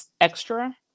extra